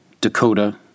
Dakota